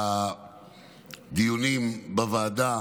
הדיונים בוועדה